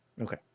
Okay